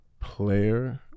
Player